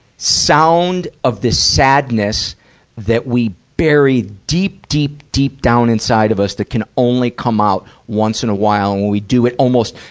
sound of the sadness that we bury deep, deep, deep down inside of us that can only come out once in a while. and when we do it, almost,